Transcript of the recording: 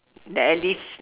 then at least